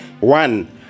One